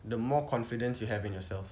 the more confidence you have in yourself